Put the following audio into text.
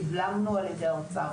ונבלמנו על ידי משרד האוצר,